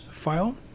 file